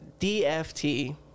DFT